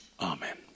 Amen